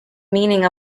meaning